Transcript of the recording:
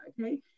okay